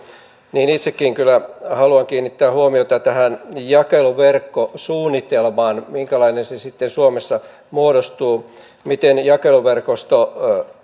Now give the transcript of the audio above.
itsekin kyllä haluan kiinnittää huomiota tähän jakeluverkkosuunnitelmaan minkälainen siitä sitten suomessa muodostuu miten jakeluverkosto